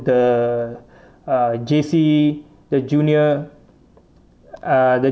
the ah J_C the junior